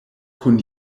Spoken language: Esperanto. kun